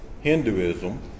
Hinduism